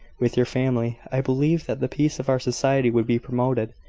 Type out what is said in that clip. with your family, i believe that the peace of our society would be promoted,